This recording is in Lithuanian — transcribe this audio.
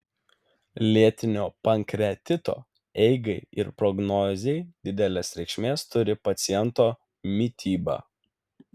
lėtinio pankreatito eigai ir prognozei didelės reikšmės turi paciento mityba